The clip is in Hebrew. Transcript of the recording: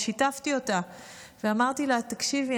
ושיתפתי אותה ואמרתי לה: תקשיבי,